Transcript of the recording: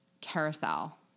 carousel